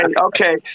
Okay